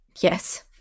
Yes